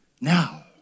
Now